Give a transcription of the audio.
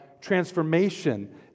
transformation